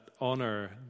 honor